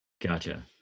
gotcha